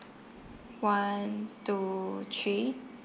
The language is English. one two three